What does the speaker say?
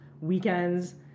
weekends